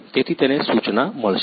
તેથી તેને સૂચના મળશે